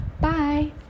Bye